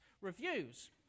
reviews